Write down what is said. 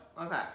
Okay